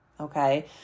Okay